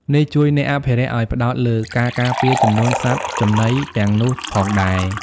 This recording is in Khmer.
នេះជួយអ្នកអភិរក្សឲ្យផ្តោតលើការការពារចំនួនសត្វចំណីទាំងនោះផងដែរ។